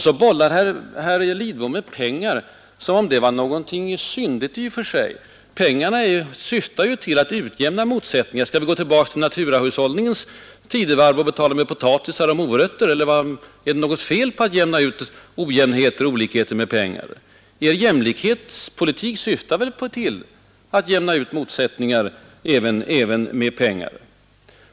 Så bollar herr Lidbom med pengar som om det var något syndigt i och för sig. Pengarna syftar ju till att utjämna olikheter. Skall vi gå tillbaka till naturahushållningens tidevarv och betala med potatisar och morötter. Är det något fel på att ta bort ojämnheter och olikheter emellan skilda individer med hjälp av pengar? Er jämlikhetspolitik syftar ju till att jämna ut olikheter genom ekonomisk utjämning, alltså med pengar?